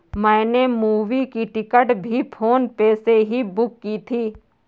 मैंने मूवी की टिकट भी फोन पे से ही बुक की थी